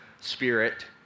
spirit